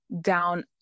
down